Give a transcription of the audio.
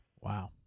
Wow